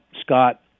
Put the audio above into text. Scott